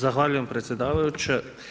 Zahvaljujem predsjedavajuća.